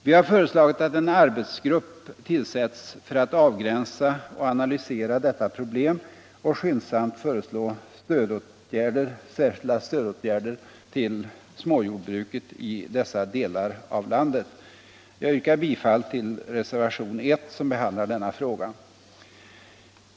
Vi har föreslagit att en arbetsgrupp tillsätts för att avgränsa och analysera detta problem och skyndsamt föreslå särskilda stödåtgärder till småjordbruket i dessa delar av landet. Jag yrkar bifall till reservationen 1, som behandlar denna fråga.